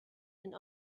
and